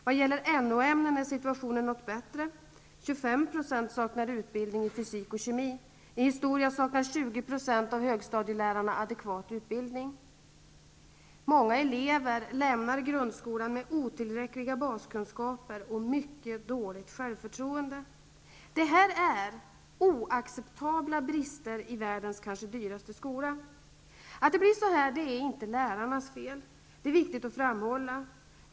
Vad gäller NO ämnen är situationen något bättre: 25 % saknar utbildning i fysik och kemi. I historia saknar 20 % Många elever lämnar grundskolan med otillräckliga baskunskaper och mycket dåligt självförtroende. Detta är oacceptabla brister i världens kanske dyraste skola. Att det blir så här är inte lärarnas fel. Det är viktigt att framhålla.